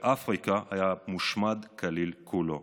ואפריקה היה מושמד כולו,